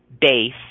base